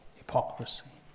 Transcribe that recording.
hypocrisy